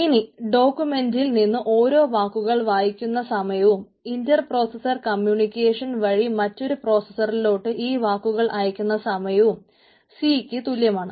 ഇനി ഡോക്യൂമെന്റിൽ നിന്ന് ഓരോ വാക്കുകൾ വായിക്കുന്ന സമയവും ഇൻറ്റർ പ്രോസസർ കമ്യൂണിക്കേഷൻ ക്ക് തുല്യമാണ്